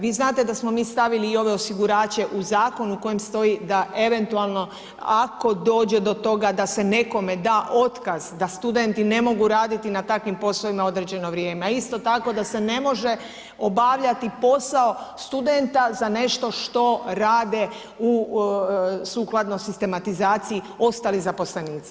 Vi znate da smo mi stavili i ove osigurače u zakon u kojem stoji da eventualno ako dođe do toga da se nekome da otkaz, da studenti ne mogu raditi na takvim poslovima određeno vrijeme a isto tako da se ne može obavljati posao studenta za nešto što rade u, sukladno sistematizaciji ostali zaposlenici.